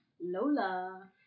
lola